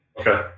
Okay